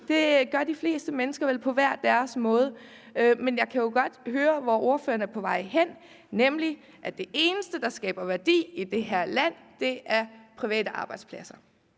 Det gør de fleste mennesker vel på hver deres måde. Men jeg kan jo godt høre, hvor ordføreren er på vej hen, nemlig at det eneste, der skaber værdi i det her land, er private arbejdspladser.